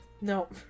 Nope